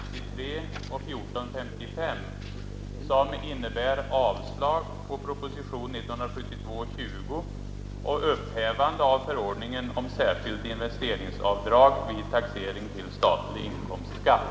Herr talman! Jag ber att få yrka bifall till motionerna 1493 och 1455, som innebär avslag på proposition nr 20 och upphävande av förordningen om särskilt investeringsavdrag vid taxering till statlig inkomstskatt.